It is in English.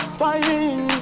fighting